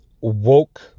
woke